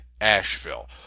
Asheville